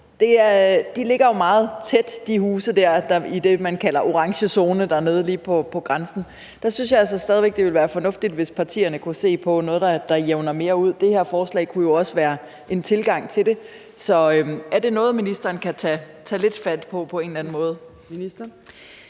Husene ligger jo meget tæt i det, man kalder orange zone dernede, altså lige på grænsen. Der synes jeg altså stadig væk, at det ville være fornuftigt, hvis partierne kunne se på noget, der jævnede det mere ud. Det her forslag kunne jo også være en tilgang til det. Er det noget, ministeren kan tage lidt fat på på en eller anden måde?